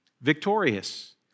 victorious